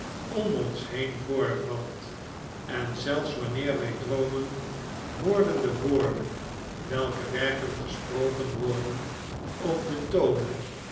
om ons heen voorvalt en zelfs wanneer wij droomen worden de woorden welke werkelijk gesproken worden of de tonen